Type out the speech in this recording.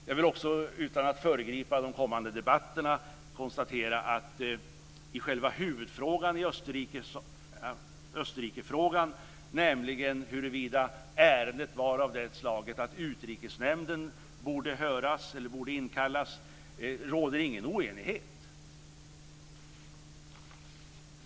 Jag vill också, utan att föregripa de kommande debatterna, konstatera att i själva huvudfrågan om Österrike, nämligen huruvida ärendet var av det slaget att Utrikesnämnden borde inkallas, råder ingen oenighet.